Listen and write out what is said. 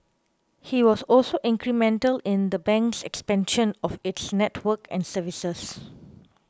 he was also incremental in the bank's expansion of its network and services